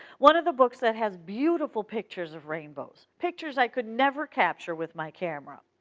one of the books that has beautiful pictures of rainbows, pictures i could never capture with my camera.